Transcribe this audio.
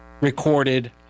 recorded